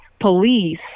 police